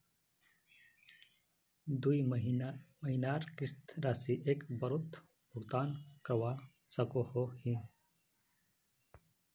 दुई महीनार किस्त राशि एक बारोत भुगतान करवा सकोहो ही?